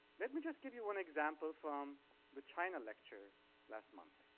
let me just give you one example from the china lecture last month.